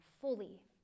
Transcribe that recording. fully